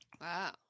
wow